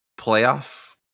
playoff